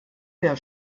der